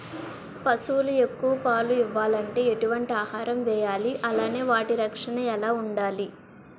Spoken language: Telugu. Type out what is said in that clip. పశువులు ఎక్కువ పాలు ఇవ్వాలంటే ఎటు వంటి ఆహారం వేయాలి అలానే వాటి రక్షణ ఎలా వుండాలి?